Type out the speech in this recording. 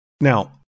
Now